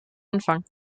anfang